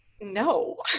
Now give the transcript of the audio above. No